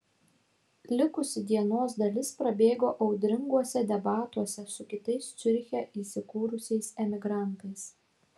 likusi dienos dalis prabėgo audringuose debatuose su kitais ciuriche įsikūrusiais emigrantais